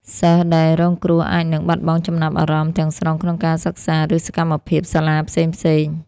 សិស្សដែលរងគ្រោះអាចនឹង បាត់បង់ចំណាប់អារម្មណ៍ ទាំងស្រុងក្នុងការសិក្សា ឬសកម្មភាពសាលាផ្សេងៗ។